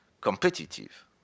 competitive